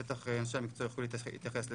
בטח אנשי המקצוע יוכלו להתייחס לזה.